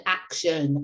action